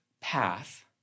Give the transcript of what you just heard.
path